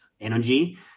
energy